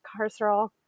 carceral